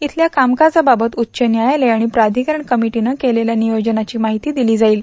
येथील कामकाजाबाबत उच्च न्यायालय आणि प्राधिकरण समितीनं केलेल्या नियोजनाची माहिती दिली जाईल